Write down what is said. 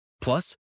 Plus